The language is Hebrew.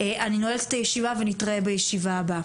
אני נועלת את הישיבה, ונתראה בישיבה הבאה.